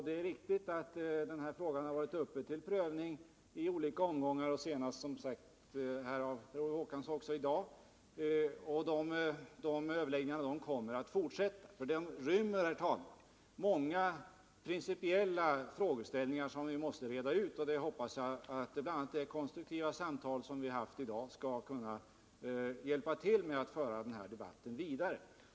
Det är riktigt att den här frågan har varit uppe till prövning i olika omgångar, senast i dag, och dessa överläggningar kommer att fortsätta. Många principiella frågeställningar måste redas ut, och jag hoppas att bl.a. det konstruktiva samtal vi har haft i dag skall kunna bidra till att vi kan föra den här debatten vidare.